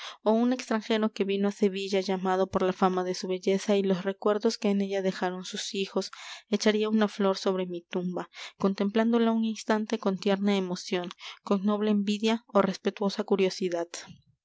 ó un extranjero que vino á sevilla llamado por la fama de su belleza y los recuerdos que en ella dejaron sus hijos echaría una flor sobre mi tumba contemplándola un instante con tierna emoción con noble envidia ó respetuosa curiosidad